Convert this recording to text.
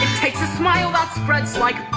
takes a smile that spreads like